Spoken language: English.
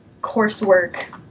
coursework